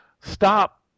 stop